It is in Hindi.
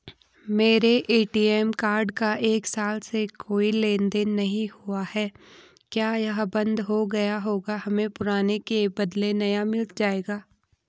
मेरा ए.टी.एम कार्ड का एक साल से कोई लेन देन नहीं हुआ है क्या यह बन्द हो गया होगा हमें पुराने के बदलें नया मिल जाएगा?